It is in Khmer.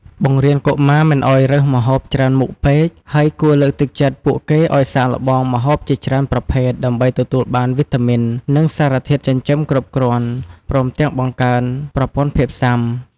បង្រៀនកុមារមិនឲ្យរើសម្ហូបច្រើនមុខពេក ហើយគួរលើកទឹកចិត្តពួកគេឲ្យសាកល្បងម្ហូបជាច្រើនប្រភេទ ដើម្បីទទួលបានវីតាមីន និងសារធាតុចិញ្ចឹមគ្រប់គ្រាន់ ព្រមទាំងបង្កើនប្រព័ន្ធភាពស៊ាំ។